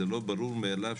זה לא ברור מאליו,